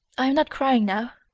i am not crying now.